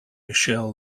michel